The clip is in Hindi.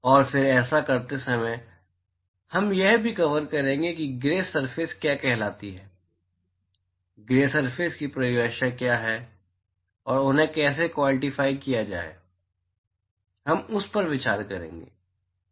और फिर ऐसा करते समय हम यह भी कवर करेंगे कि ग्रे सरफेस क्या कहलाती हैं ग्रे सरफेस की परिभाषा क्या है और उन्हें कैसे कवॉंटिफाइ किया जाए हम उस पर विचार करेंगे